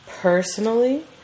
personally